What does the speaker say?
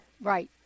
Right